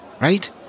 right